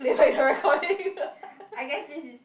I guess this is